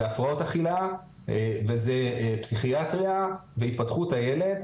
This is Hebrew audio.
זה הפרעות אכילה וזה פסיכיאטריה והתפתחות הילד.